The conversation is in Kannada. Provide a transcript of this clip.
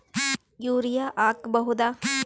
ಯೂರಿಯ ಹಾಕ್ ಬಹುದ?